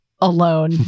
alone